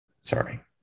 Sorry